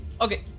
Okay